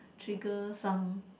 trigger some